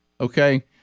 Okay